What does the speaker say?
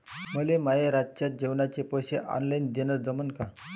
मले माये रातच्या जेवाचे पैसे ऑनलाईन देणं जमन का?